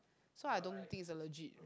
so I don't think is a legit